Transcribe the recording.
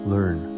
Learn